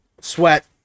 sweat